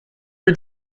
are